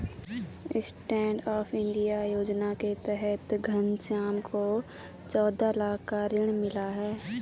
stand up India योजना के तहत घनश्याम को चौदह लाख का ऋण मिला है